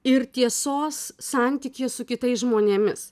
ir tiesos santykyje su kitais žmonėmis